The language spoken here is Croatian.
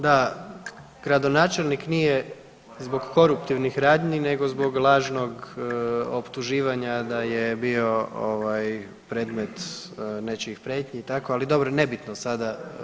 Da, gradonačelnik nije zbog koruptivnih radnji nego zbog lažnog optuživanja da je bio ovaj predmet nečijih prijetnji i tako, ali dobro nebitno sada.